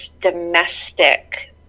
domestic